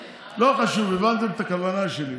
חשוב, הבנתם את הכוונה שלי.